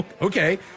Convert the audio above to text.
okay